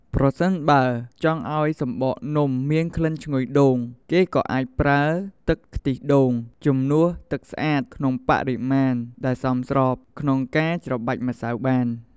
ប្រសិនបើចង់ឲ្យសំបកនំមានក្លិនឈ្ងុយដូង គេក៏អាចប្រើ ទឹកខ្ទិះដូង ជំនួសទឹកស្អាតក្នុងបរិមាណដែលសមស្រប ក្នុងការច្របាច់ម្សៅបាន។